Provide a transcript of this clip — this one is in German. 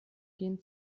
gehen